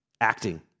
acting